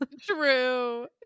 True